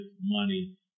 money